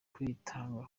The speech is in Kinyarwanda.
kwitanga